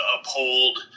uphold